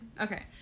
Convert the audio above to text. Okay